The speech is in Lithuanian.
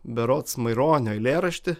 berods maironio eilėraštį